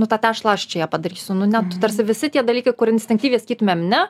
nu tą tešlą aš čia ją padarysiu nu ne tarsi visi tie dalykai kur instinktyviai sakytumėm ne